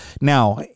Now